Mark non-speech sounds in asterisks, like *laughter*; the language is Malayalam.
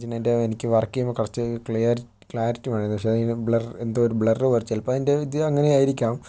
*unintelligible* എനിക്ക് വർക്ക് ചെയ്യുമ്പോൾ കുറച്ചു ക്ലിയർ ക്ലാരിറ്റി വേണമായിരുന്നു പക്ഷെ ബ്ലർ എന്തോ ഒരു ബ്ലർ പോലെ ചിലപ്പോൾ അതിൻറെ വിദ്യ അങ്ങനെയായിരിക്കാം